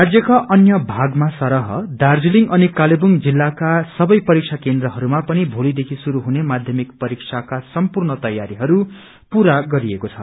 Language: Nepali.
राज्यका अन्य भागमा सरह दार्जीलिङ अनि कालेबुङ जिल्लाका सवै परीक्षा केन्द्रहरूमा पनि भोलिदेखि शुरू हुने माध्यमिक परीक्षाका सम्पूर्ण तयारीहरू पूरा गरिएको छ